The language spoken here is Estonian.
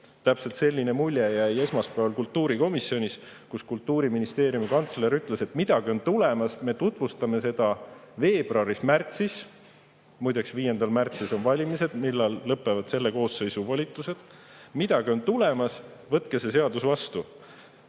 täpselt selline mulje jäi esmaspäeval kultuurikomisjonis, kus Kultuuriministeeriumi kantsler ütles, et midagi on tulemas, me tutvustame seda veebruaris-märtsis. Muideks, 5. märtsil on valimised, siis lõpevad selle koosseisu volitused. Midagi on tulemas, võtke see seadus vastu.